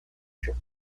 chip